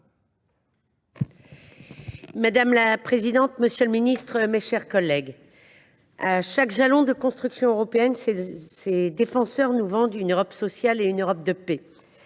Madame la présidente, monsieur le ministre, mes chers collègues, à chaque jalon de la construction européenne, ses défenseurs nous vendent une Europe sociale et une Europe de paix.